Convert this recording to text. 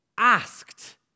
asked